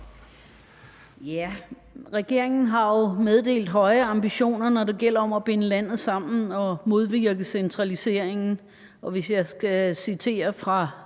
Regeringen har jo meddelt, at den har høje ambitioner, når det gælder om at binde landet sammen og modvirke centraliseringen,